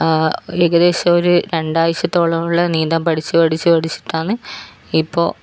ഏകദേശം ഒരു രണ്ടാഴ്ചത്തോളമുള്ള നീന്താൻ പഠിച്ച് പഠിച്ച് പഠിച്ചിട്ടാന്ന് ഇപ്പോൾ